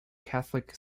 catholic